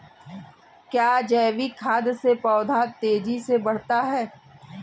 क्या जैविक खाद से पौधा तेजी से बढ़ता है?